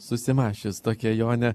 susimąsčius tokia jonė